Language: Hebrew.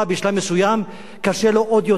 בשלב מסוים קשה לו עוד יותר,